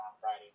Fridays